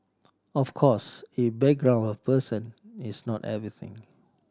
of course a background of a person is not everything